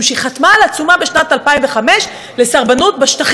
חתמה על עצומה בשנת 2005 לסרבנות בשטחים,